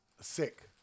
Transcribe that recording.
sick